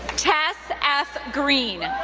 tess f. greene,